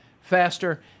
faster